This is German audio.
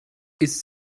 ist